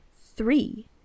three